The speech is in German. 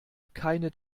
keine